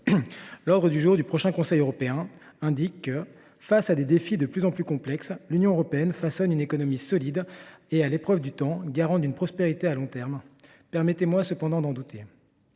l’ordre du jour du prochain Conseil européen indique que, face à des défis de plus en plus complexes, l’Union européenne façonne « une économie solide et à l’épreuve du temps », susceptible de « garantir une prospérité à long terme ». Permettez-moi cependant d’en douter.